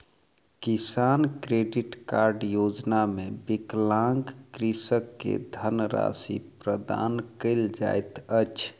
किसान credit card योजना मे विकलांग कृषक के धनराशि प्रदान कयल जाइत अछि